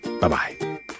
Bye-bye